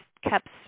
kept